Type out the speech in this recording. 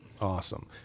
Awesome